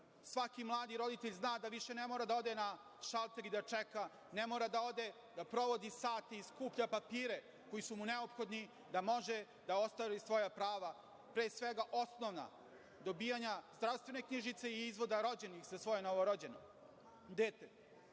svaki mladi roditelj zna da više ne mora da ode na šalter i da čeka, ne mora da ode da provodi sate i skuplja papire koji su mu neophodni da može da ostvari svoja prava, pre svega osnovna, dobijanja zdravstvene knjižice i izvoda rođenih za svoje novorođeno dete. Ovo